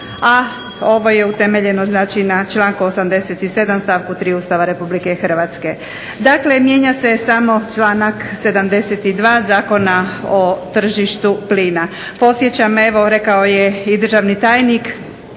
a ovo je utemeljeno znači na članku 87. stavku 3. Ustava Republike Hrvatske. Dakle, mijenja se samo članak 72. Zakona o tržištu plina. Podsjećam evo rekao je i državni tajnik